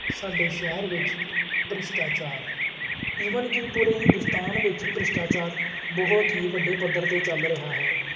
ਸਾਡੇ ਸ਼ਹਿਰ ਵਿੱਚ ਭ੍ਰਿਸ਼ਟਾਚਾਰ ਈਵਨ ਕਿ ਪੂਰੇ ਹਿੰਦੁਸਤਾਨ ਵਿੱਚ ਭ੍ਰਿਸ਼ਟਾਚਾਰ ਬਹੁਤ ਹੀ ਵੱਡੇ ਪੱਧਰ 'ਤੇ ਚੱਲ ਰਿਹਾ ਹੈ